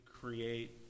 create